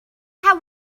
have